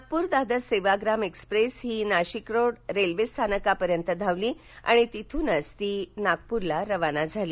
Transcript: Nagpur Dadar Sevagram express ही Nashik Road railway स्थानकापर्यंत धावली आणि तिथूनच ती नागपूरला रवाना झाली